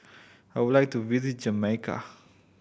I would like to visit Jamaica